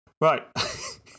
Right